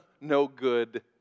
no-good